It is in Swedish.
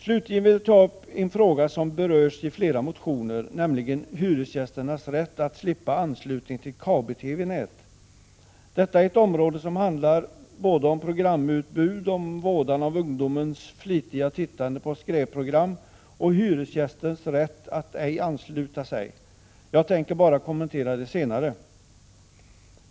Slutligen vill jag ta upp en fråga som berörs i flera motioner, nämligen hyresgästers rätt att slippa anslutning till kabel-TV-nät. Detta är ett område som handlar om såväl programutbud och vådan av ungdomens flitiga tittande på skräpprogram som hyresgästens rätt att ej ansluta sig. Jag tänker bara kommentera det senare.